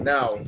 Now